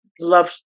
love